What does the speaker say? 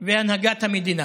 והנהגת המדינה,